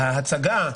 ההצגה,